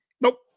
Nope